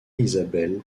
isabel